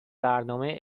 برنامه